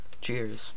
Cheers